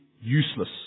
useless